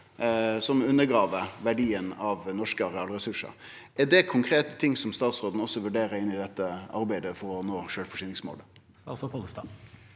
som undergrev verdien av norske arealresursar. Er det konkrete ting som statsråden vurderer inn i arbeidet for å nå sjølvforsyningsmålet?